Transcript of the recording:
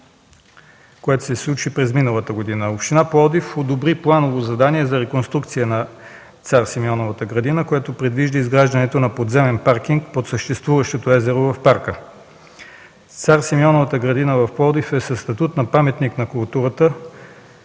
което се случи през миналата година. Община Пловдив одобри планово задание за реконструкция на Цар Симеоновата градина, което предвижда изграждането на подземен паркинг под съществуващото езеро в парка. Цар Симеоновата градина в Пловдив е със статут на паметник на културата